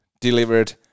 delivered